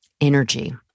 energy